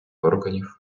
органів